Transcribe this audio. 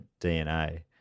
DNA